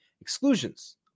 Exclusions